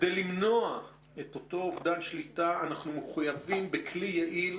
כדי למנוע את אותו אובדן שליטה אנחנו מחויבים בכלי יעיל,